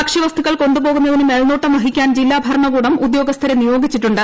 ഭക്ഷ്യവസ്തുക്കൾ കൊണ്ടുപോകുന്നതിനു മേൽനോട്ടം വഹിക്കാൻ ജില്ലാ ഉദ്യോഗസ്ഥരെ നിയോഗിച്ചിട്ടുണ്ട്